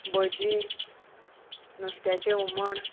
भजी नुस्त्याचें हुमण